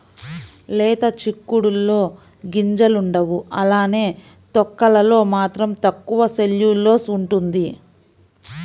లేత చిక్కుడులో గింజలుండవు అలానే తొక్కలలో మాత్రం తక్కువ సెల్యులోస్ ఉంటుంది